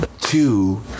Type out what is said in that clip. two